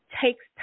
takes